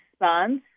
response